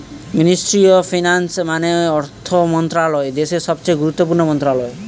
ministry of finance মানে অর্থ মন্ত্রণালয় দেশের সবচেয়ে গুরুত্বপূর্ণ মন্ত্রণালয়